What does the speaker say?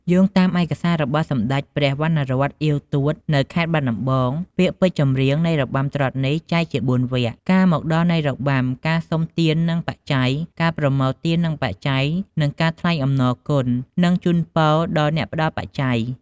យោងតាមឯកសាររបស់សម្ដេចព្រះវណ្ណរ័ត្ន អ៉ីវ ទួត នៅខេត្តបាត់ដំបង ពាក្យពេចន៍ចម្រៀងនៃរបាំត្រុដិនេះចែកជា៤វគ្គ ការមកដល់នៃរបាំ ការសុំទាននិងបច្ច័យ ការប្រមូលទាននិងបច្ច័យ និងការថ្លែងអំណរគុណនិងជូនពរដល់អ្នកផ្ដល់បច្ច័យ។